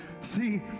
See